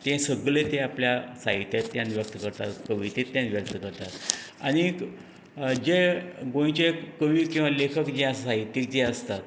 तें सगलें ते आपल्या साहित्यांतल्यान व्यक्त करतात कवितेंतल्यान व्यक्त करतात आनीक जे गोंयचे कवी किंवा लेखक जे आसा साहित्यीक जे आसा